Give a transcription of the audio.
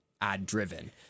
ad-driven